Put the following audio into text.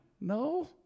No